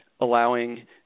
allowing